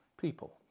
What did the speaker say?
people